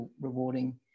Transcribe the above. rewarding